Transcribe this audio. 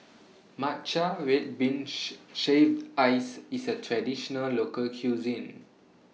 Matcha Red Bean Shaved Ice IS A Traditional Local Cuisine